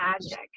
magic